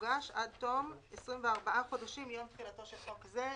תוגש עד תום 24 חודשים מיום תחילתו של חוק זה".